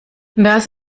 das